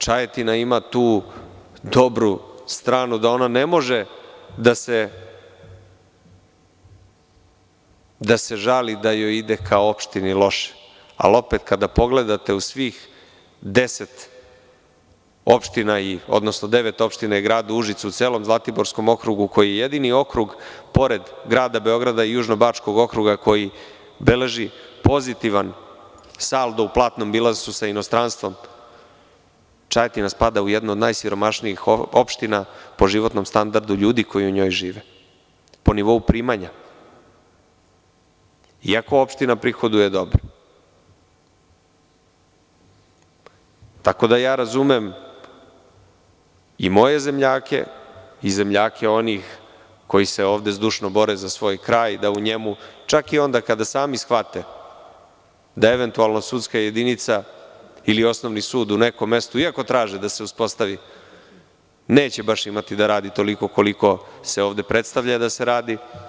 Čajetina ima tu dobru stranu da ona ne može da se žali da joj ide kao opštini loše, ali opet kada pogledate u svih 10 opština, odnosno devet opština i Grad Užice u celom Zlatiborskom okrugu koji je jedini krug pored Grada Beograda i Južnobačkog okruga koji beleži pozitivan saldo u platnom bilansu sa inostranstvom, Čajetina spada u jednu od najsiromašnijih opština po životnom standardu ljudi koji u njoj žive, po nivou primanja iako opština prihoduje dobro, tako da ja razumem i moje zemljake i zemljake onih koji se ovde zdušno bore za svoj kraj da u njemu čak i onda kada sami shvate da eventualno sudska jedinica ili osnovni sud u nekom mestu, iako traži da se uspostavi, neće baš imati da radi toliko koliko se ovde predstavlja da se radi.